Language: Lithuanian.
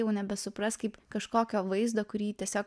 jau nebesupras kaip kažkokio vaizdo kurį tiesiog